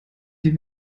die